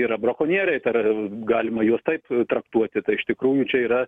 yra brakonieriai tar galima juos taip traktuoti tai iš tikrųjų čia yra